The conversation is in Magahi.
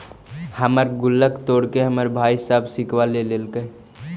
हमर गुल्लक तोड़के हमर भाई सब सिक्का ले लेलके